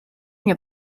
мне